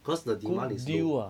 cause the demand is low